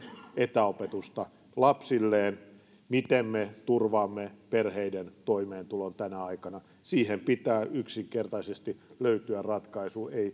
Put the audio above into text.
etäopetusta lapsilleen eli miten me turvaamme perheiden toimeentulon tänä aikana siihen pitää yksinkertaisesti löytyä ratkaisu eivät